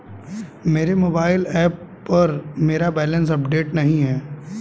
मेरे mobile app पर मेरा बैलेंस अपडेट नहीं है